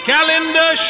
Calendar